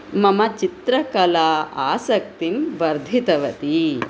मम चित्रकला आसक्तिं वर्धितवती